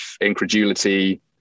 incredulity